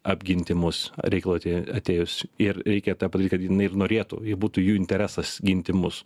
apginti mus reikalui atė atėjus ir reikia tą padaryt kad jinai ir norėtų ji būtų jų interesas ginti mus